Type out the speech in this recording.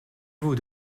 vous